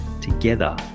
Together